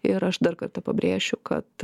ir aš dar kartą pabrėšiu kad